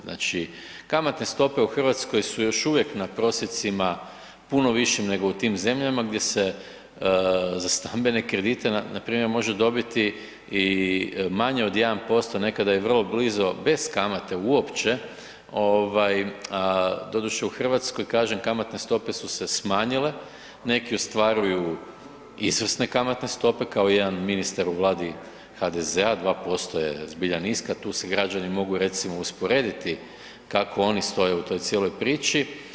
Znači kamatne stope u Hrvatskoj su još uvijek na prosjecima puno više nego u tim zemljama gdje se za stambene kredite npr. može dobiti i manje od 1%, a nekada je vrlo blizu bez kamate uopće, doduše u Hrvatskoj kažem kamatne stope su se smanjile, neki ostvaruju izvrsne kamatne stope kao jedan ministar u Vladi HDZ-a, 2% je zbilja niska, tu se građani mogu recimo usporediti kako oni stoje u toj cijeloj priči.